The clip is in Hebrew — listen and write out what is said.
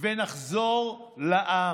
ונחזור לעם.